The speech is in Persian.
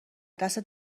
دستت